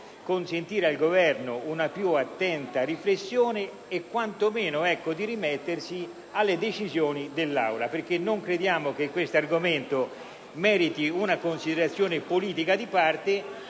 consentire al Governo una più attenta riflessione e, quanto meno, rimettersi alle decisioni dell'Assemblea. Non crediamo infatti che questo argomento meriti una considerazione politica di parte,